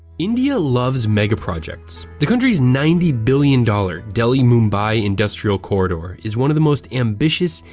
india loves megaprojects. the country's ninety billion dollars delhi-mumbai industrial corridor is one of the most ambitious,